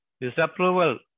disapproval